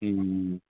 ம் ம்